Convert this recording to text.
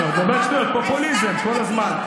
את מדברת שטויות, פופוליזם כל הזמן.